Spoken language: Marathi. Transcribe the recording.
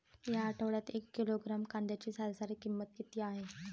या आठवड्यात एक किलोग्रॅम कांद्याची सरासरी किंमत किती आहे?